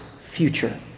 future